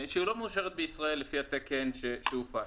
שלא מאושרת בישראל לפי התקן שהופץ.